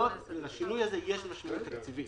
יש משמעות תקציבית.